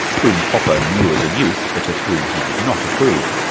whom popper knew as a youth but of whom he did not approve.